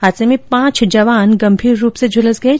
हादस में पांच जवान गंभीर रूप से झुलस गये